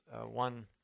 one